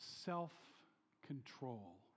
self-control